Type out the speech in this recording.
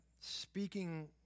speaking